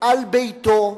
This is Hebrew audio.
על ביתו,